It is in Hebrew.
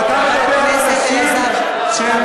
חבר הכנסת אלעזר שטרן.